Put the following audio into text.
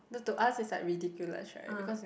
no to us it's like ridiculous right because we